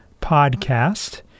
podcast